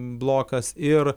blokas ir